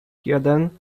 jeden